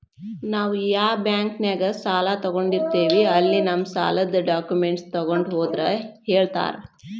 ನಾವ್ ಯಾ ಬಾಂಕ್ನ್ಯಾಗ ಸಾಲ ತೊಗೊಂಡಿರ್ತೇವಿ ಅಲ್ಲಿ ನಮ್ ಸಾಲದ್ ಡಾಕ್ಯುಮೆಂಟ್ಸ್ ತೊಗೊಂಡ್ ಹೋದ್ರ ಹೇಳ್ತಾರಾ